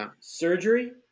Surgery